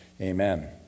Amen